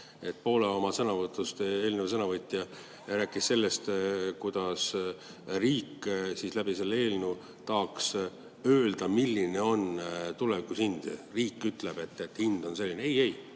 Poole oma sõnavõtust eelnev sõnavõtja rääkis sellest, kuidas riik selle eelnõu kaudu tahaks öelda, milline on tulevikus hind. Riik ütleb, et hind on selline. Ei-ei,